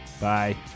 Bye